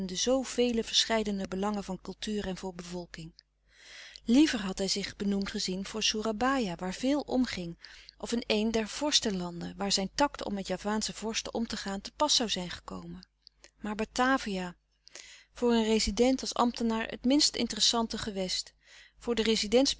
zoo vele verscheidene belangen van cultuur en voor bevolking liever had hij zich benoemd gezien voor soerabaia waar veel omging of in een der vorstenlanden waar zijn tact om met javaansche vorsten om te gaan te pas zoû zijn gekomen maar batavia voor een rezident als ambtenaar het minst interessante gewest voor den